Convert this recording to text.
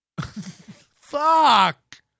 Fuck